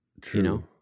True